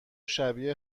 شبیه